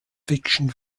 fiction